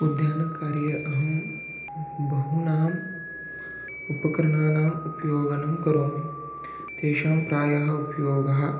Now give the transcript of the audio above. उद्यानकार्ये अहं बहूनाम् उपकरणानाम् उपयोजनं करोमि तेषां प्रायः उपयोगः